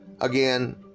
again